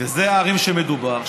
ואלה הערים המדוברות,